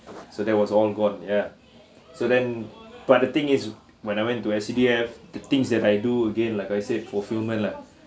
so that was all gone ya so then but the thing is when I went into S_C_D_F the things that I do again like I said fulfilment lah